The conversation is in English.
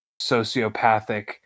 sociopathic